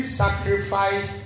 sacrifice